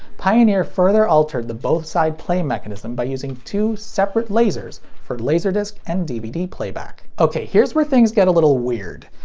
pioneer further altered the both-side play mechanism by using two separate lasers for laserdisc and dvd playback. ok, here's where things get a little weird.